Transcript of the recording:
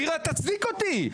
מירה תצדיק אותי.